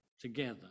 together